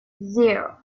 zero